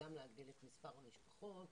גם להגדיל את מספר המשפחות